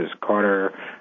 Carter